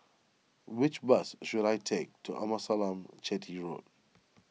which bus should I take to Amasalam Chetty Road